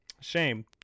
Shame